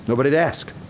nobody to ask.